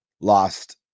lost